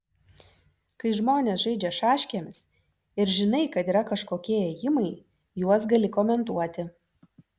kai žmonės žaidžia šaškėmis ir žinai kad yra kažkokie ėjimai juos gali komentuoti